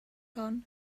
hon